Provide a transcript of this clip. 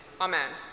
Amen